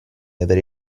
avere